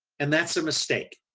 and that's a mistake.